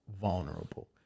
vulnerable